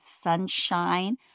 sunshine